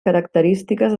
característiques